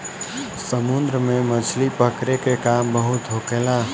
समुन्द्र में मछली पकड़े के काम बहुत होखेला